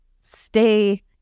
stay